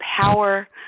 power